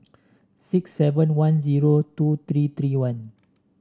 six seven one zero two three three one